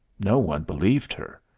no one believed her.